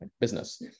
business